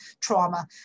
trauma